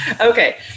Okay